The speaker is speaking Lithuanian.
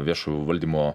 viešo valdymo